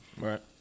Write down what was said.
Right